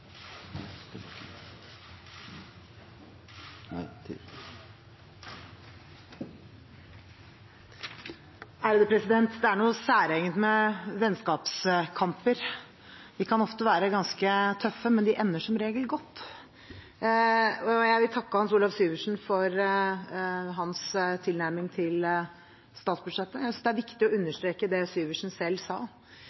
Det er noe særegent med vennskapskamper. De kan ofte være ganske tøffe, men de ender som regel godt. Jeg vil takke Hans Olav Syversen for hans tilnærming til statsbudsjettet. Jeg synes det er viktig å understreke det Syversen selv sa,